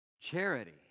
Charity